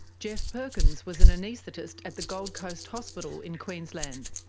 geoff perkins was an anaesthetist at the gold coast hospital in queensland.